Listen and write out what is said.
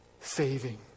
saving